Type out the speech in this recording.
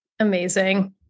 Amazing